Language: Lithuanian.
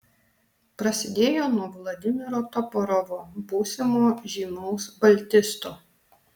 prasidėjo nuo vladimiro toporovo būsimo žymaus baltisto